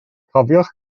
cofiwch